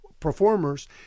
Performers